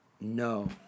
No